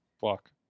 Fuck